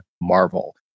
Marvel